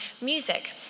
music